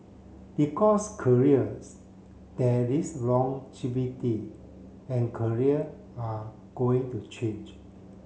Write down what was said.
because careers there is longevity and career are going to change